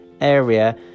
area